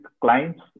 Clients